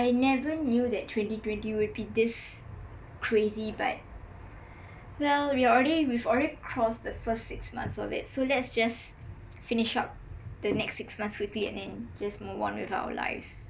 I never knew twenty twenty would be this crazy but well you've already we've already crossed the first six months of it so let's just finish up the next six months quickly and then just move on with our lives